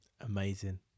amazing